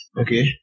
Okay